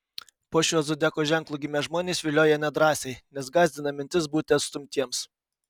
po šiuo zodiako ženklu gimę žmonės vilioja nedrąsiai nes gąsdina mintis būti atstumtiems